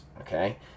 okay